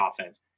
offense